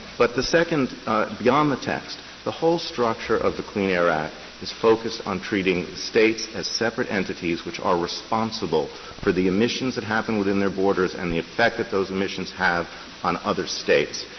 but the second beyond the text, the whole structure of the clean air act is focused on treating the states as separate entities which are responsible for the emissions that happen within their borders and the effect that those emissions have on other states.